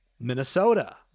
Minnesota